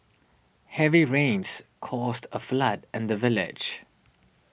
heavy rains caused a flood in the village